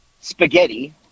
spaghetti